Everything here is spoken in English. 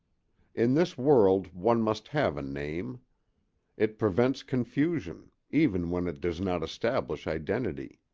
in this world one must have a name it prevents confusion, even when it does not establish identity.